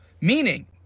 meaning